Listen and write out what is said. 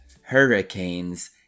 hurricanes